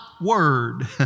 word